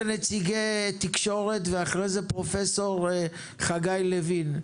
נציגי תקשורת ואחרי זה פרופ' חגי לוין.